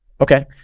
Okay